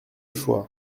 choix